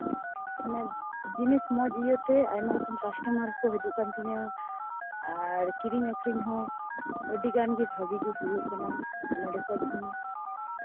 ᱢᱟᱱᱮ ᱡᱤᱱᱤᱥ ᱢᱚᱡᱽ ᱤᱭᱟᱹᱛᱮ ᱟᱭᱢᱟ ᱨᱚᱠᱚᱢ ᱠᱟᱥᱴᱚᱢᱟᱨ ᱠᱚ ᱦᱤᱡᱩᱜ ᱠᱟᱱ ᱛᱤᱧᱟᱹ ᱟᱨ ᱠᱤᱨᱤᱧ ᱟᱹᱠᱷᱨᱤᱧ ᱦᱚᱸ ᱟᱹᱰᱤ ᱜᱟᱱ ᱜᱮ ᱵᱷᱟᱜᱮ ᱜᱮ ᱦᱩᱭᱩᱜ ᱠᱟᱱᱟ ᱱᱚᱸᱰᱮ ᱠᱷᱚᱱ ᱤᱧ